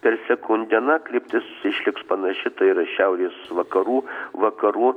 per sekundę na kryptis išliks panaši tai yra šiaurės vakarų vakarų